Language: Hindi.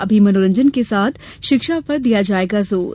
अभी मनोरंजन के साथ शिक्षण पर दिया जायेगा जोर